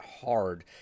hard